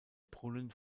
brunnen